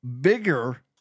bigger